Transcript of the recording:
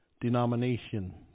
denomination